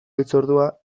hitzordua